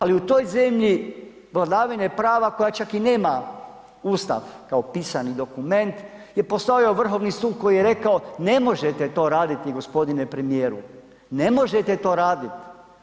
Ali u toj zemlji vladavine prava koja čak i nema ustav kao pisani dokument je postojao vrhovni sud koji je rekao ne možete to raditi g. premijeru, ne možete to raditi.